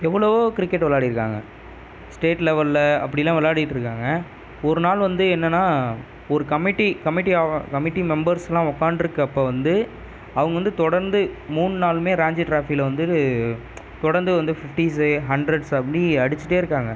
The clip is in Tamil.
எவ்வளோவோ கிரிக்கெட் விளாடிருக்காங்க ஸ்டேட் லெவலில் அப்படிலாம் விளாடிட்டு இருக்காங்கள் ஒரு நாள் வந்து என்னென்னா ஒரு கமிட்டி கமிட்டி ஆ கமிட்டி மெம்பர்ஸ்லாம் உட்காந்துட்டு இருக்குகிறப்ப வந்து அவங்க வந்து தொடர்ந்து மூணு நாளுமே ரேஞ்சி ட்ராஃபியில் வந்து தொடந்து வந்து ஃபிஃப்டிஸ்ஸு ஹண்ட்ரட்ஸ் அப்படி அடிச்சுட்டே இருக்காங்கள்